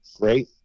great